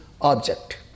object